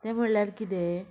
तें म्हळ्ळ्यार किदें